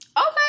Okay